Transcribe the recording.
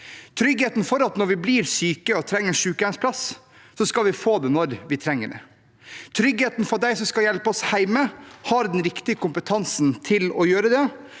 tryggheten for at vi når vi blir syke og trenger sykehjemsplass, skal få det når vi trenger det, tryggheten for at de som skal hjelpe oss hjemme, har den riktige kompetansen til å gjøre det,